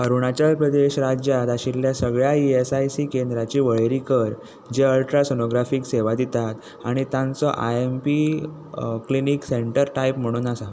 अरुणाचल प्रदेश राज्यांत आशिल्ल्या सगळ्या ई एस आय सी केंद्रांची वळेरी कर जे अल्ट्रासोनोग्राफीक सेवा दितात आनी तांचो I M P clinic centre type म्हुणून आसा